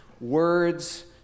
words